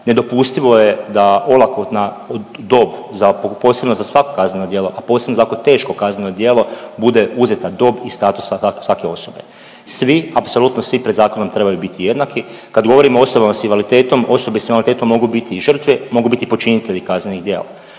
Nedopustivo je da olakotna dob za, posebno za sva kaznena djela, a posebno za tako teško kazneno djelo bude uzeta dob i status svake osobe. Svi, apsolutno svi pred zakonom trebaju biti jednaki. Kad govorim o osobama s invaliditetom, osobe s invaliditetom mogu biti i žrtve, mogu biti i počinitelji kaznenih djela